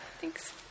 thanks